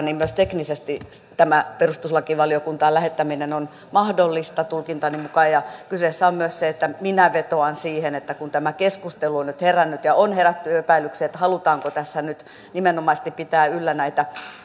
niin myös teknisesti tämä perustuslakivaliokuntaan lähettäminen on mahdollista tulkintani mukaan kyseessä on myös se että minä vetoan siihen että kun tämä keskustelu on nyt herännyt ja on herännyt epäilyksiä halutaanko tässä nyt nimenomaisesti pitää yllä näitä